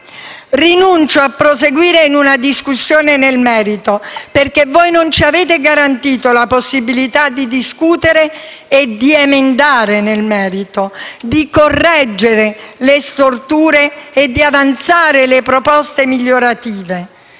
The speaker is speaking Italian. Rinuncio a proseguire in una discussione nel merito, perché voi non ci avete garantito la possibilità di discutere e di emendare nel merito, di correggere le storture e di avanzare le proposte migliorative.